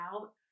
out